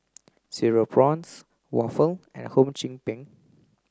cereal prawns waffle and Hum Chim Peng